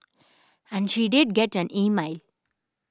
and she did get an email